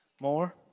More